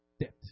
debt